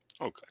Okay